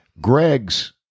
Greg's